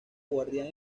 guardián